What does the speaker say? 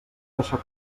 deixar